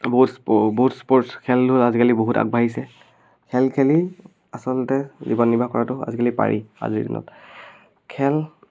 বহুত স্প বহুত স্পৰ্টছ খেলো আজিকালি বহুত আগবাঢ়িছে খেল খেলি আচলতে জীৱন নিৰ্বাহ কৰাতো আজিকালি পাৰি আজিৰ দিনত খেল